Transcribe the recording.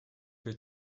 will